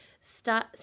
Start